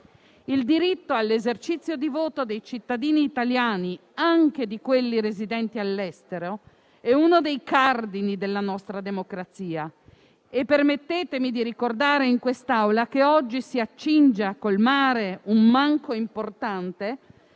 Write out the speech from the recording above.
Il diritto all'esercizio di voto dei cittadini italiani, anche di quelli residenti all'estero, è uno dei cardini della nostra democrazia. Permettetemi di ricordare in quest'Aula, che oggi si accinge a colmare una mancanza importante,